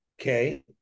Okay